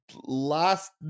Last